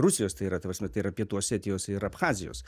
rusijos tai yra ta prasme tai yra pietų osetijos ir abchazijos